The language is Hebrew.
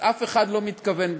אף אחד לא מתכוון,